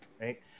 right